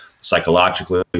psychologically